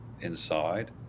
inside